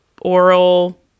oral